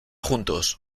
juntos